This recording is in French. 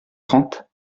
trente